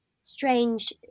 strange